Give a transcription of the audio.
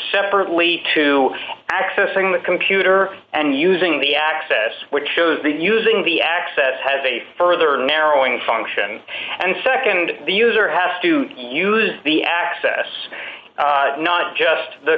separately to accessing the computer and using the access which shows that using the access has a further narrowing function and nd the user has to use the access not just the